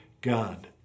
god